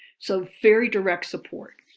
so, very direct support.